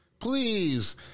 Please